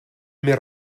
més